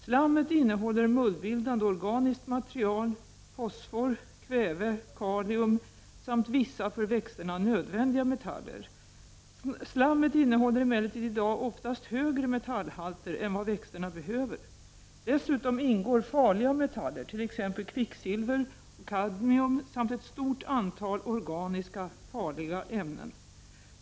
Slammet innehåller mullbildande organiskt material, fosfor, kväve, kalium samt vissa för växterna nödvändiga metaller. Slammet innehåller emellertid i dag ofast högre metallhalter än vad växterna behöver. Dessutom ingår farliga metaller, t.ex. kvicksilver, kadmium samt ett stort antal organiska farliga ämnen.